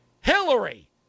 Hillary